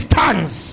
tongues